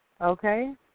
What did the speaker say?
Okay